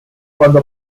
cuando